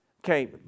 Okay